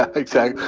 ah exactly.